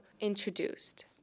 introduced